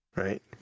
Right